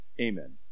Amen